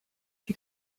die